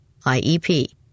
IEP